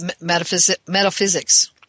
metaphysics